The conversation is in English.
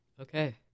Okay